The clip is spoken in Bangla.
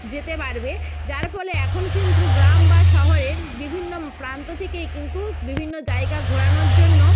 যেতে পারবে যার ফলে এখন কিন্তু গ্রাম বা শহরের বিভিন্ন প্রান্ত থেকেই কিন্তু বিভিন্ন জায়গা ঘোরানোর জন্য